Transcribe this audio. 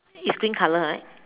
is green color right